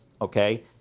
Okay